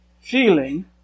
feeling